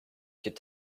could